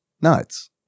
nuts